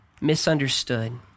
misunderstood